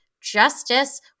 justice